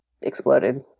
exploded